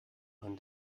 man